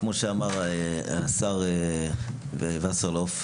כמו שאמר השר וסרלאוף,